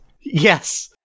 Yes